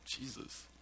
Jesus